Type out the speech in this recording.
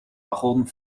wagon